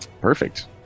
Perfect